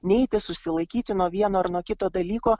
neiti susilaikyti nuo vieno ar nuo kito dalyko